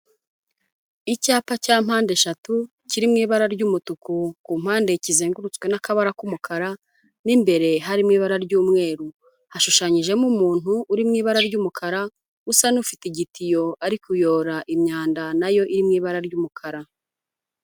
Icyapa cya mpande eshatu kiri mu ibara ry'umutuku ku mpande kizengurutswe n'akabara k'umukara mo imbere harimo ibara ry'umweru. Hashushanyijemo umuntu uri mu ibara ry'umukara, usa n'ufite igitiyo ari kuyora imyanda na yo iri mu ibara ry'umukara.